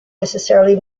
necessarily